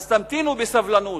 אז תמתינו בסבלנות.